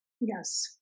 Yes